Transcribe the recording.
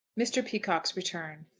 mr. peacocke's return.